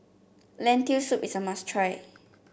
Lentil Soup is a must try